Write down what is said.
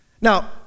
Now